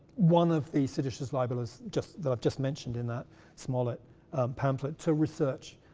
one of the seditious libelists just that i've just mentioned in that smollett pamphlet, to research,